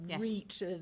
reach